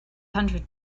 hundred